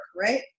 right